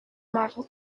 marvel